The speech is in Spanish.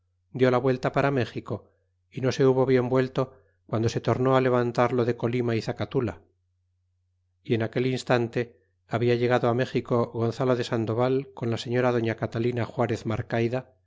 dió la vuelta para méxico y no se hubo bien vuelto guando se tornó levantar lo de colima y zacatula y en aquel instante habia llegado méxico gonzalo de sandoval con la señora doña catalina juarez marcayda